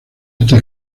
está